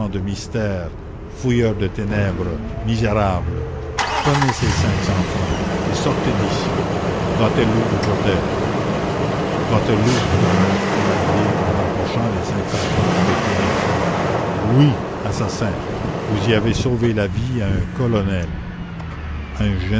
de mystères fouilleur de ténèbres misérable prenez ces cinq cents francs et sortez d'ici waterloo vous protège waterloo grommela thénardier en empochant les cinq cents francs avec les mille francs oui assassin vous y avez sauvé la vie à un colonel à un